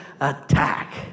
attack